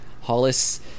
Hollis